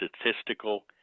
statistical